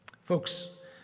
folks